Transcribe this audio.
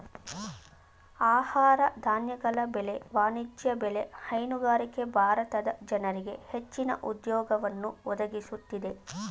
ಆಹಾರ ಧಾನ್ಯಗಳ ಬೆಳೆ, ವಾಣಿಜ್ಯ ಬೆಳೆ, ಹೈನುಗಾರಿಕೆ ಭಾರತದ ಜನರಿಗೆ ಹೆಚ್ಚಿನ ಉದ್ಯೋಗವನ್ನು ಒದಗಿಸುತ್ತಿದೆ